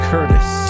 Curtis